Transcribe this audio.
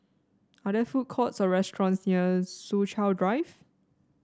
are there food courts or restaurants near Soo Chow Drive